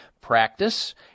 practice